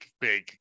big